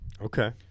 Okay